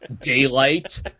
daylight